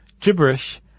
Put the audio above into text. gibberish